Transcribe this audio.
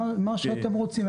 מה שאתם רוצים.